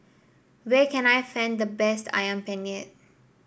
where can I find the best ayam penyet